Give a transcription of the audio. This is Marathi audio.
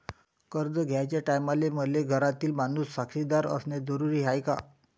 कर्ज घ्याचे टायमाले मले घरातील माणूस साक्षीदार असणे जरुरी हाय का?